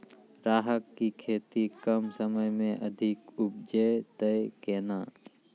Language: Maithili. राहर की खेती कम समय मे अधिक उपजे तय केना?